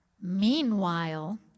Meanwhile